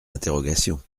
interrogations